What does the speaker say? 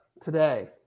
today